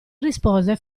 rispose